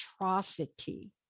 atrocity